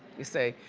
you see.